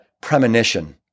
premonition